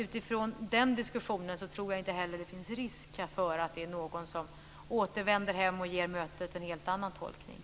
Utifrån den diskussionen tror jag inte heller att det finns risk för att det är någon som återvänder hem och ger mötet en helt annan tolkning.